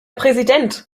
präsident